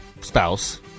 spouse